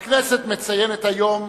1993,